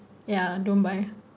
ya don't buy